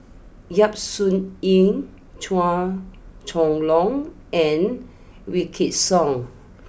Yap Su Yin Chua Chong long and Wykidd Song